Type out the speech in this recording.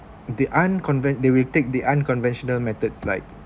the unconven~ they will take the unconventional methods like